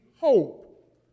hope